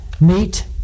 meet